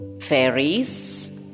fairies